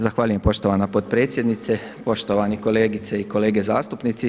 Zahvaljujem poštovana potpredsjednice, poštovani kolegice i kolege zastupnici.